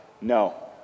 No